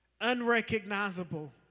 unrecognizable